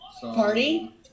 party